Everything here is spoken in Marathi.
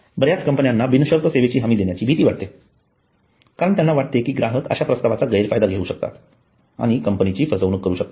बर्याच कंपन्यांना बिनशर्त सेवेची हमी देण्याची भीती वाटते कारण त्यांना वाटते की ग्राहक अश्या प्रस्तावाचा गैरफायदा घेऊ शकतात आणि कंपनीची फसवणूक करू शकतात